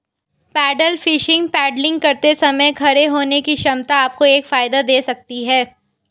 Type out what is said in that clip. pedal fishing paddling करते समय खड़े होने की क्षमता आपको एक फायदा दे सकती है